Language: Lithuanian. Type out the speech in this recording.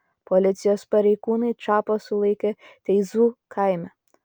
policijos pareigūnai čapą sulaikė teizų kaime